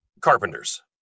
Carpenters